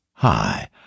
Hi